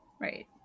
Right